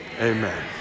amen